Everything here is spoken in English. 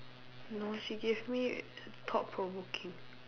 you know she gave me thought provoking